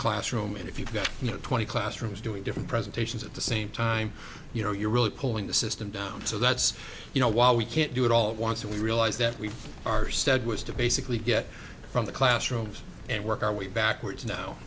classroom and if you've got you know twenty classrooms doing different presentations at the same time you know you're really pulling the system down so that's you know while we can't do it all at once we realize that we are stead was to basically get from the classrooms and work our way backwards now